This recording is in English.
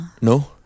No